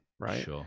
right